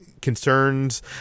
concerns